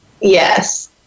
Yes